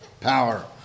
power